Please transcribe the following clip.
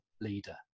leader